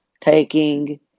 taking